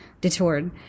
detoured